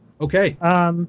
Okay